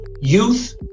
youth